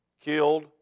killed